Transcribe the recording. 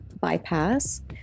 bypass